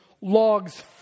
logs